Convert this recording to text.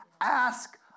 Ask